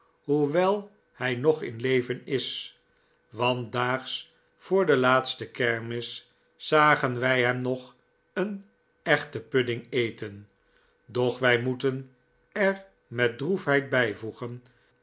hoewel hi nog in leven is want daags voor de laatste kermis zagen wij hem nog een echten pudding eten doch wij moeten er met droefheid bijvoegen